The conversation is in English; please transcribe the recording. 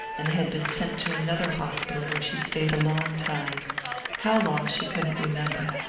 and had been sent to another hospital where she stayed a long time how long she couldn't remember.